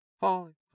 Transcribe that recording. Falling